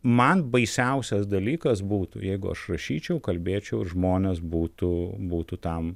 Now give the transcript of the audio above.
man baisiausias dalykas būtų jeigu aš rašyčiau kalbėčiau ir žmonės būtų būtų tam